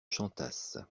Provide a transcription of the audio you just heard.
chantasse